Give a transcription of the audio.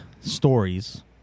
stories